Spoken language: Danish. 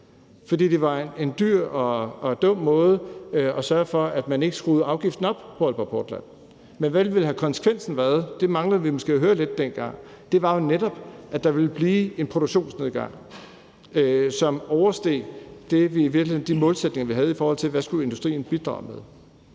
for det var en dyr og dum måde at sørge for, at man ikke skruede afgiften op for Aalborg Portland. Men hvad ville konsekvensen have været? Det manglede vi måske lidt at høre dengang. Det var jo netop, at der ville blive en produktionsnedgang, som oversteg de målsætninger, vi havde, i forhold til hvad industrien skulle bidrage med.